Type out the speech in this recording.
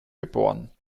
geboren